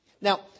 Now